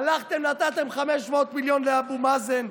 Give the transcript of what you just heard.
הלכתם לתת 500 מיליון לאבו מאזן,